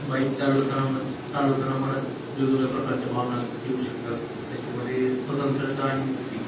bike चालवताना म चालवताना मनात वेगवेगळ्या प्रकारच्या भावना येऊ शकतात त्याच्यामध्ये स्वतंत्रता आणि मुक्ती